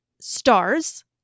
stars